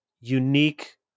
unique